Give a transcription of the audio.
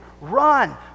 Run